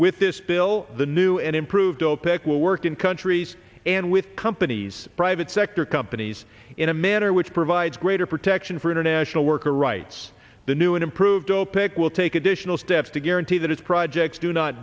with this bill the new and improved opec will work in countries and with companies private sector companies in a manner which provides greater protection for international worker rights the new and improved opec will take additional steps to guarantee that its projects do not